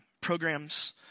programs